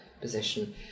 position